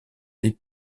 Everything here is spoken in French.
des